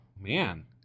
man